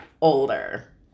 older